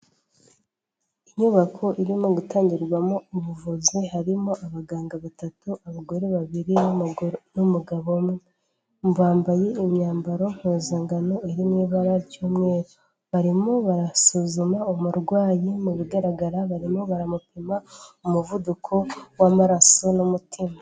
Inyubako irimo gutangirwamo ubuvuzi harimo abaganga batatu abagore babiri n'umugabo umwe, bambaye imyambaro mpuzangano iri mu ibara ry'umweru, barimo barasuzuma umurwayi mu bigaragara barimo baramupima umuvuduko w'amaraso n'umutima.